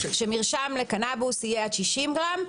שמרשם לקנבוס יהיה עד 60 גרם,